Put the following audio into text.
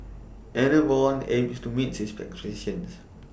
Enervon aims to meet its expectations